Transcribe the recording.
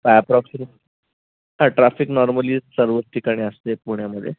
approximate हां traffic normally सर्वच ठिकाणी असते पुण्यामध्ये